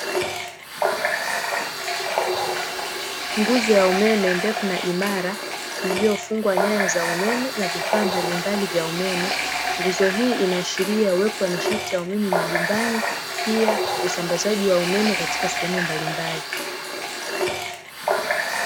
Nguzo ya umeme ndefu na imara, iliyofungwa nyaya za umeme na vifaa mbalimbali vya umeme, nguzo hii inaashiria uwepo wa nishati ya umeme majumbani, pia usambazaji wa umeme katika sehemu mbalimbali.